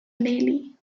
daily